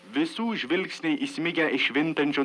visų žvilgsniai įsmigę į švintančio